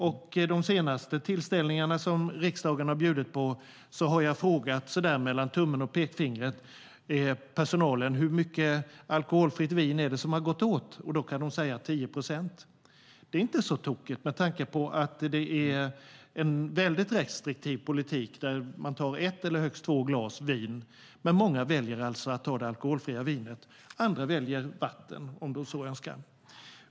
Vid de senaste tillställningarna som riksdagen har anordnat har jag frågat personalen hur mycket, så där mellan tummen och pekfingret, alkoholfritt vin som har gått åt. Då kan de svara 10 procent. Det är inte så tokigt med tanke på att det är en väldigt restriktiv politik som innebär att man tar ett eller högst två glas vin. Men många väljer alltså att ta det alkoholfria vinet, andra väljer vatten om de så önskar.